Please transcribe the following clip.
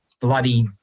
bloody